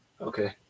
Okay